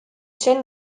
chaîne